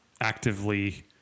actively